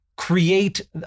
Create